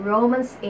Romans